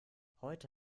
heute